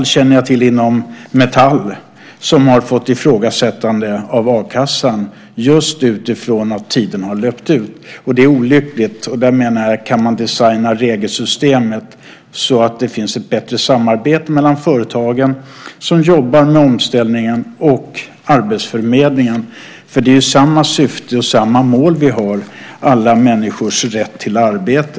Jag känner till fem fall inom Metall som har fått ifrågasättande av a-kassan just utifrån att tiden har löpt ut. Det är olyckligt, och där menar jag att man kan designa regelsystemet så att det blir ett bättre samarbete mellan de företag som jobbar med omställningen och arbetsförmedlingen. Vi har ju samma syfte och samma mål: alla människors rätt till arbete.